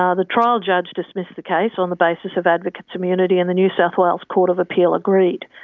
ah the trial judge dismissed the case on the basis of advocate's immunity, and the new south wales court of appeal agreed.